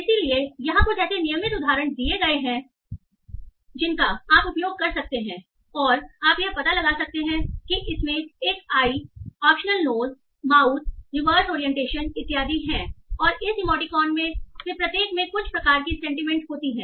इसलिए यहां कुछ ऐसे नियमित उदाहरण दिए गए हैं जिनका आप उपयोग कर सकते हैं और आप यह पता लगा सकते हैं कि इसमें एक eye optional nose mouth reverse orientation इत्यादि हैं और इस इमोटिकॉन में से प्रत्येक में कुछ प्रकार की सेंटीमेंट होती हैं